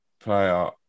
player